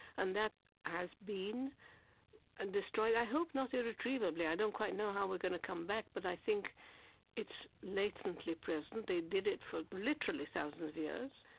and that has been and destroyed. i hope not irretrievably. i don't quite know how we're going to come back, but i think it's latently present. they did it for literally thousands of years,